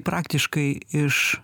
praktiškai iš